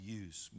use